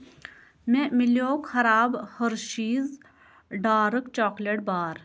مےٚ مِلٮ۪و خراب ۂرشیٖز ڈارٕک چاکلیٹ بار